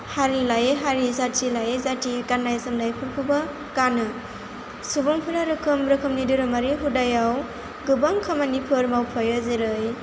हारि लायै हारि जाति लायै जाति गाननाय जोमनायफोरखौबो गानो सुबुंफोरा रोखोम रोखोमनि धोरोमारि हुदायाव गोबां खामानिफोर मावफायो जेरै